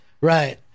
right